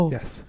Yes